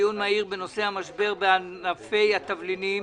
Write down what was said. דיון מהיר בנושא המשבר בענפי התבלינים